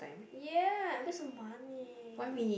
ya waste your money